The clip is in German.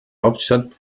hauptstadt